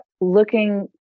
looking